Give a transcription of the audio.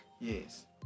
Yes